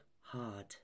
hard